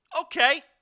Okay